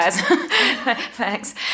thanks